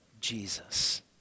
Jesus